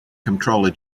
comptroller